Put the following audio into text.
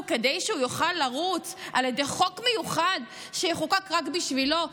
כדי שהוא יוכל לרוץ על ידי חוק מיוחד שיחוקק רק בשבילו,